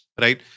Right